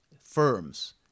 firms